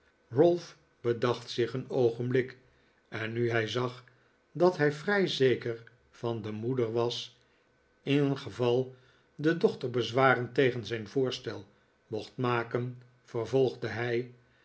ralph bedacht zich een oogenblik en nu hij zag dat hij vrij zeker van de moeder was ingeval de dochter bezwaren tegen zijn voorstel mocht maken vervolgde hij